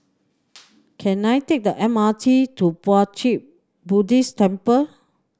can I take the M R T to Puat Jit Buddhist Temple